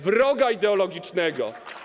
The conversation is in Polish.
wroga ideologicznego.